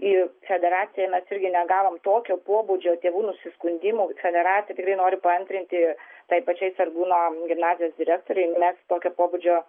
į federaciją mes irgi negavom tokio pobūdžio tėvų nusiskundimų federacija tikrai noriu paantrinti tai pačiai sargūno gimnazijos direktorei mes tokio pobūdžio